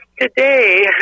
today